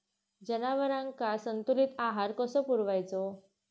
जनावरांका संतुलित आहार कसो पुरवायचो?